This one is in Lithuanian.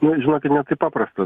na žinote ne taip paprasta